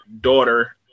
daughter